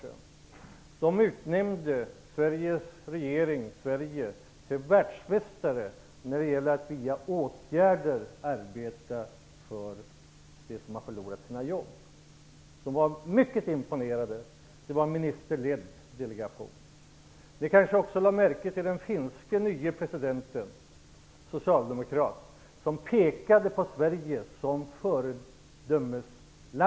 Man utnämnde Sverige till världsmästare när det gäller att via åtgärder arbeta för dem som har förlorat sina jobb. De som ingick i den här ministerledda delegationen var mycket imponerade. Ni kanske också har lagt märke till att den nye finske presidenten, socialdemokrat, har pekat på Sverige som ett föredöme.